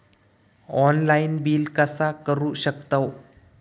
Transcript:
Online bill कसा करु शकतव?